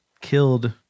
killed